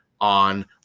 on